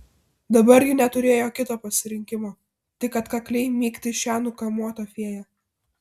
dabar ji neturėjo kito pasirinkimo tik atkakliai mygti šią nukamuotą fėją